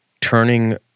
turning